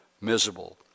miserable